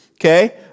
okay